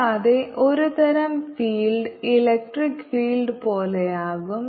കൂടാതെ ഒരു തരം ഫീൽഡ് ഇലക്ട്രിക് ഫീൽഡ് പോലെയാകും